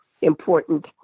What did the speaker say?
important